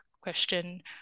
question